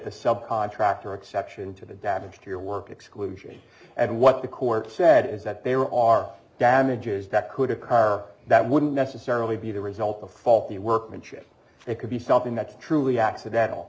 a subcontractor exception to the damage to your work exclusion and what the court said is that there are damages that could occur that wouldn't necessarily be the result of faulty workmanship it could be something that is truly accidental